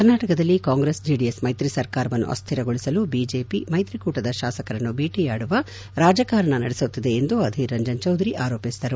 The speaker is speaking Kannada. ಕರ್ನಾಟಕದಲ್ಲಿ ಕಾಂಗ್ರೆಸ್ ಜೆಡಿಎಸ್ ಮೈತ್ರಿ ಸರ್ಕಾರವನ್ನು ಅಸ್ಹಿರಗೊಳಿಸಲು ಬಿಜೆಪಿ ಮೈತ್ರಿಕೂಟದ ಶಾಸಕರನ್ನು ಬೇಟೆಯಾಡುವ ರಾಜಕಾರಣ ನಡೆಸುತ್ತಿದೆ ಎಂದು ಅಧೀರ್ ರಂಜನ್ ಚೌಧರಿ ಆರೋಪಿಸಿದರು